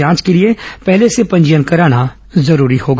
जांच के लिए पहले से पंजीयन कराना जरूरी होगा